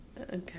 okay